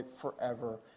forever